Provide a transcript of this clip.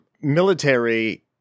military